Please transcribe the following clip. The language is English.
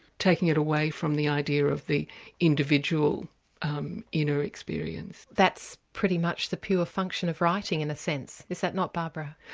taking it away from the idea of the individual um inner experience. that's pretty much the pure function of writing, in a sense, is that not, barbara?